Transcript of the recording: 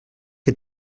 que